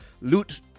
loot